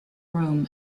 room